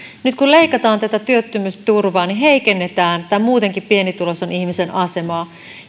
nyt kun leikataan työttömyysturvaa niin heikennetään tämän muutenkin pienituloisen ihmisen asemaa